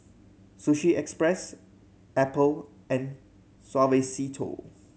Sushi Express Apple and Suavecito